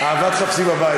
אהבה תחפשי בבית.